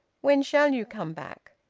when shall you come back?